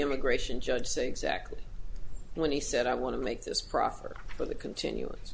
immigration judge say exactly when he said i want to make this proffer for the continu